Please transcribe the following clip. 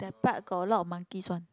that part got a lot of monkeys one